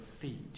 feet